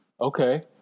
Okay